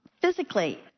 physically